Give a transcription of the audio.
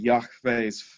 Yahweh's